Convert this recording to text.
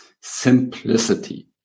Simplicity